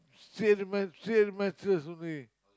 sleep at the mat~ sleep at the mattress only